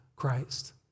Christ